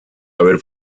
haber